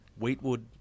Wheatwood